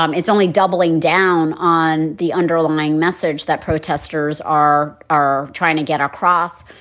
um it's only doubling down on the underlying message that protesters are are trying to get across.